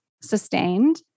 sustained